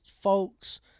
folks